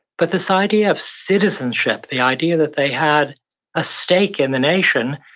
but this idea of citizenship, the idea that they had a stake in the nation,